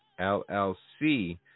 LLC